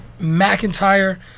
McIntyre